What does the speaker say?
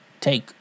take